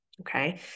okay